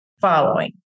following